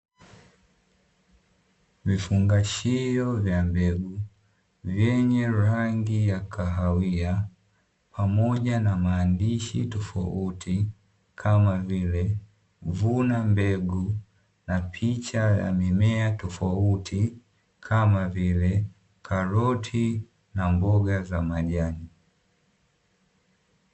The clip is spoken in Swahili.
Vifungashio vya mbegu vyenye rangi ya kahawia pamoja na maandishi tofauti kama vile "vuna mbegu" na picha ya mimea tofauti kama vile karoti na mboga za majani.